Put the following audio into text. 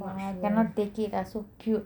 cannot take it ah so cute